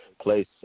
place